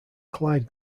clyde